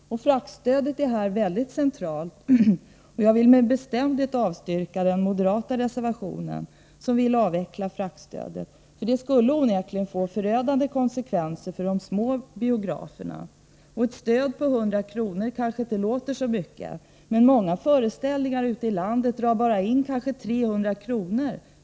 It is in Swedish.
Fraktstödet är här mycket centralt. Jag vill med bestämdhet avstyrka den moderata reservationen, där man föreslår en avveckling av fraktstödet. Det skulle onekligen få förödande konsekvenser för de små biograferna. Ett stöd på 100 kr. kanske inte låter så mycket, men många föreställningar ute i landet drar kanske in bara 300 kr.